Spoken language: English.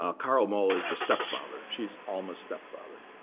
ah carl moll is the stepfather. she's alma's stepfather.